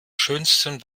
schönsten